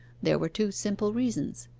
there were two simple reasons.